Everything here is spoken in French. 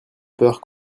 peur